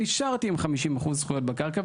נשארתי עם 50 אחוז זכויות בקרקע.